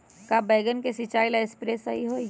का बैगन के सिचाई ला सप्रे सही होई?